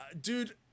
dude